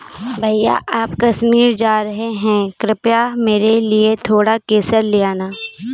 भैया आप कश्मीर जा रहे हैं कृपया मेरे लिए थोड़ा केसर ले आना